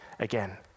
Again